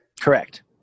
Correct